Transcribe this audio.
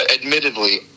admittedly